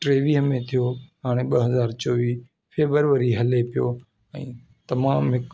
टेवीह में थियो हाणे ॿ हज़ार चोवीह फेबररी हले पियो ऐं तमामु हिकु